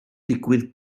digwydd